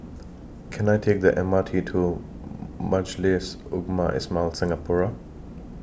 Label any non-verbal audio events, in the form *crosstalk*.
Can I Take The M R T to *noise* Majlis Ugama Islam Singapura